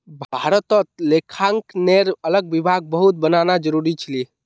भारतत लेखांकनेर अलग विभाग बहुत बनाना जरूरी छिले